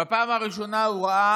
בפעם הראשונה הוא ראה